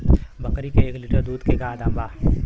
बकरी के एक लीटर दूध के का दाम बा?